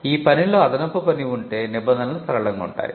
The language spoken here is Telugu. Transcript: ఈ పనిలో అదనపు పని ఉంటే నిబంధనలు సరళంగా ఉంటాయి